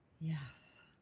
Yes